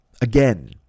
Again